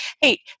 Hey